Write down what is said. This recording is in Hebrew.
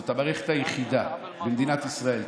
זאת המערכת היחידה במדינת ישראל.